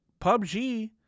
PUBG